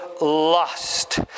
lost